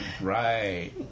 Right